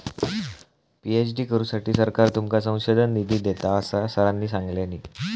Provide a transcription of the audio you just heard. PhD करुसाठी सरकार तुमका संशोधन निधी देता, असा सरांनी सांगल्यानी